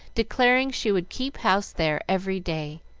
declaring she would keep house there every day.